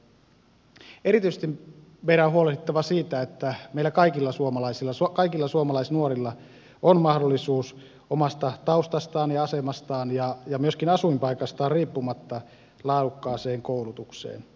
meidän on huolehdittava erityisesti siitä että kaikilla suomalaisilla kaikilla suomalaisnuorilla on mahdollisuus omasta taustastaan ja asemastaan ja myöskin asuinpaikastaan riippumatta laadukkaaseen koulutukseen